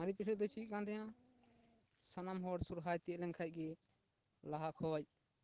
ᱢᱟᱨᱮ ᱯᱤᱲᱦᱤ ᱨᱮᱫᱚ ᱪᱤᱠᱟᱹᱜ ᱠᱟᱱ ᱛᱟᱦᱮᱸᱱᱟ ᱥᱟᱱᱟᱢ ᱦᱚᱲ ᱥᱚᱦᱚᱨᱟᱭ ᱛᱤᱭᱳᱜ ᱞᱮᱱ ᱠᱷᱟᱱ ᱜᱮ ᱞᱟᱦᱟ ᱠᱷᱚᱱ